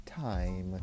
time